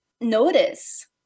notice